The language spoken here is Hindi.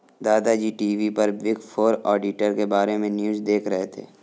दादा जी टी.वी पर बिग फोर ऑडिटर के बारे में न्यूज़ देख रहे थे